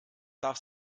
darf